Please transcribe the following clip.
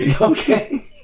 Okay